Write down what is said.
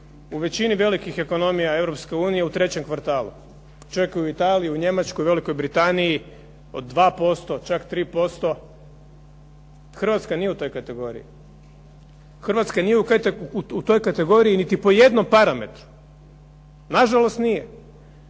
u većini velikih ekonomija Europske unije u trećem kvartalu, čak u Italiji, u Njemačkoj, Velikoj Britaniji od 2%, čak 3%. Hrvatska nije u toj kategoriji. Hrvatska nije u toj kategoriji niti po jednom parametru. Na žalost nije.